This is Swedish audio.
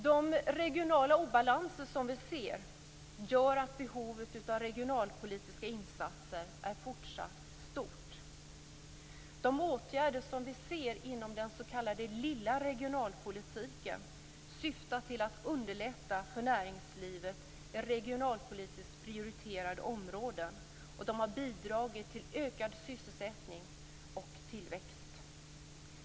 De regionala obalanser som vi ser gör att behovet av regionalpolitiska insatser är fortsatt stort. De åtgärder som vi ser vidtas inom den s.k. lilla regionalpolitiken och syftar till att underlätta för näringslivet inom regionalpolitiskt prioriterade områden. De har bidragit till ökad sysselsättning och tillväxt.